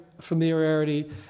familiarity